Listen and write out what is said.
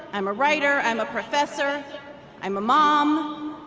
i'm a writer, i'm a professor i'm a mom,